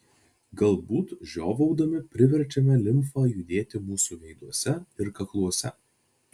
galbūt žiovaudami priverčiame limfą judėti mūsų veiduose ir kakluose